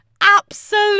absolute